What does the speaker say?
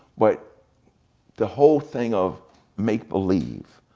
but the whole thing of make believe,